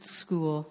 school